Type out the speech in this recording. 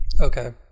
Okay